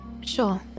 Sure